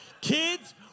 Kids